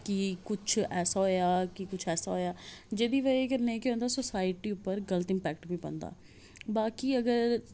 कि कुछ ऐसा होया कि कुछ ऐसा होया जेह्दी बजह् कन्नै केह् होंदा कि सोसायटी उप्पर गलत इम्पेक्ट पौंदा बाकी अगर